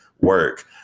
work